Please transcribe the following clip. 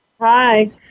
Hi